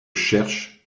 cherche